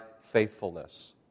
faithfulness